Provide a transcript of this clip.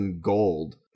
gold